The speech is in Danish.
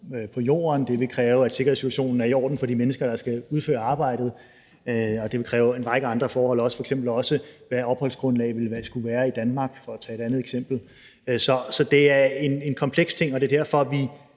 på jorden. Det vil kræve, at sikkerhedssituationen er i orden for de mennesker, der skal udføre arbejdet. Og det vil kræve en række andre forhold, f.eks. også hvad angår, hvad opholdsgrundlaget skulle være i Danmark – for at tage et andet eksempel. Så det er en kompleks ting, og det er derfor, vi